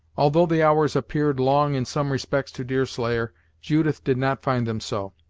although the hours appeared long in some respects to deerslayer, judith did not find them so,